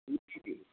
जी जी जी